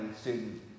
student